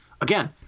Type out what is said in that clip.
again